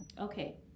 okay